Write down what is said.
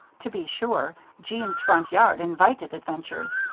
to be sure, jeanne's front yard invited adventures.